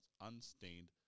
unstained